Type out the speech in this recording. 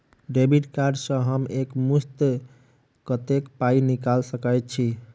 Debit card सँ हम एक मुस्त कत्तेक पाई निकाल सकय छी?